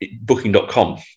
booking.com